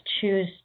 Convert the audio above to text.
choose